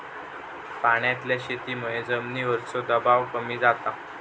पाण्यातल्या शेतीमुळे जमिनीवरचो दबाव कमी जाता